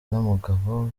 n’umugabo